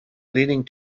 leading